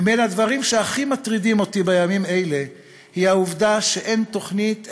בין הדברים שהכי מטרידים אותי בימים אלה נמצאת העובדה שאין תוכנית,